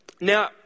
Now